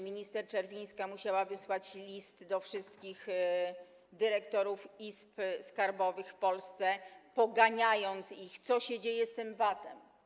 Minister Czerwińska musiała wysłać list do wszystkich dyrektorów izb skarbowych w Polsce, poganiając ich, pytając, co się dzieje z tym VAT-em.